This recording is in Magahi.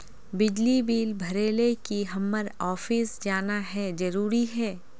बिजली बिल भरे ले की हम्मर ऑफिस जाना है जरूरी है?